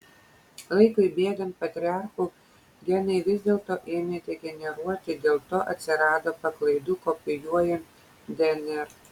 laikui bėgant patriarchų genai vis dėlto ėmė degeneruoti dėl to atsirado paklaidų kopijuojant dnr